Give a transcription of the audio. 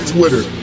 Twitter